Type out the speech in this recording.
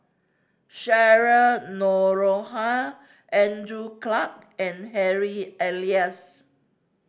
Cheryl Noronha Andrew Clarke and Harry Elias